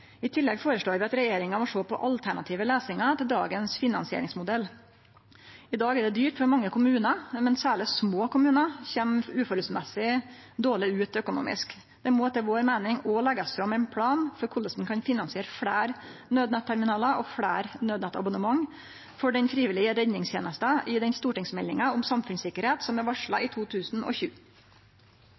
I tillegg føreslår vi at regjeringa må sjå på alternative løysingar til dagens finansieringsmodell. I dag er det dyrt for mange kommunar, men særleg små kommunar kjem urimeleg dårleg ut økonomisk. Det må etter vår meining òg leggjast fram ein plan for korleis ein kan finansiere fleire naudnetterminalar og fleire naudnettabonnement for den frivillige redningstenesta i den stortingsmeldinga om samfunnssikkerheit som er varsla i